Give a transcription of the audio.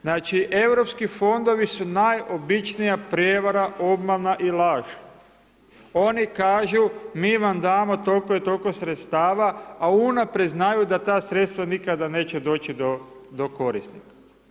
Znači EU fondovi su najobičnija prijevara, obmana i laž, oni kažu mi vam damo tolko i tolko sredstva a unaprijed znaju da ta sredstva nikada neće doći do korisnika.